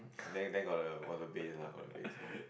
then then got the got the base ah got the base ah